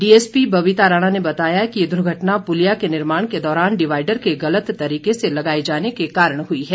DSP Babita Rana ने बताया कि ये दुर्घटना पुलिया के निर्माण के दौरान डिवाइडर के गलत तरीके से लगाए जाने के कारण हुई है